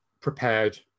prepared